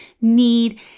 need